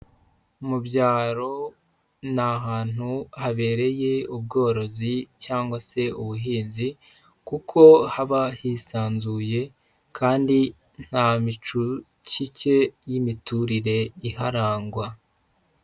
Mu byaro ni ahantu habereye ubworozi cyangwa se ubuhinzi, kuko haba hisanzuye kandi nta micucike y'imiturire iharangwa.